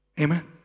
Amen